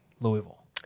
Louisville